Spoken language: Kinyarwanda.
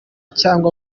cyangwa